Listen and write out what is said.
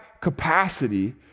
capacity